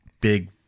big